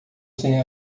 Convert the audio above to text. sem